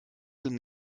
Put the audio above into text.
sind